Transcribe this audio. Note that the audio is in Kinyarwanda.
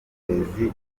ry’uburezi